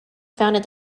founded